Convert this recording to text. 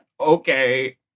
Okay